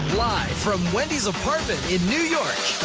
live from wendy's apartment in new york,